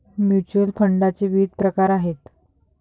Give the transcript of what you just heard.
mutual फंडाचे विविध प्रकार आहेत